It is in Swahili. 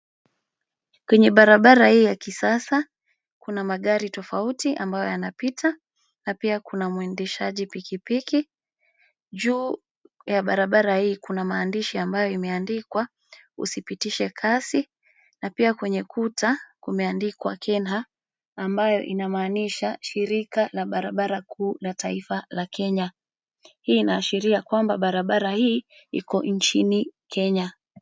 Kwenye barabara hii ya kisasa, kuna magari tofauti ambayo yanapita, na pia kuna mwendeshaji pikipiki, juu, ya barabara hii kuna maandishi ambayo imeandikwa, usipitishe kasi, na pia kwenye kuta, kumeandikwa kenha , ambayo inamaanisha shirika la barabara kuu la taifa la Kenya, hii inaashiria kwamba barabara hii, iko nchini Kenya.